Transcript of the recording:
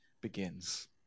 begins